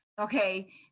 Okay